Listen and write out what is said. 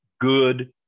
good